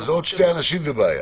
עוד שני אנשים זו בעיה.